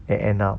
then end up